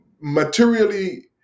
materially